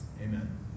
Amen